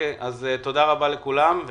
תודה רבה לכולם.